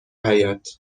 حیاط